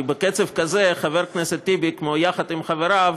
כי בקצב כזה, כן, חבר הכנסת טיבי יחד עם חבריו,